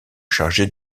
chargé